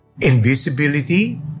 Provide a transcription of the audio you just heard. Invisibility